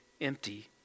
empty